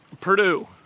Purdue